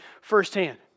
firsthand